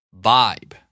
Vibe